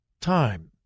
time